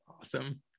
awesome